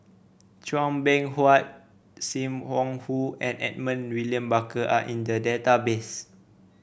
Chua Beng Huat Sim Wong Hoo and Edmund William Barker are in the database